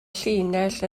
llinell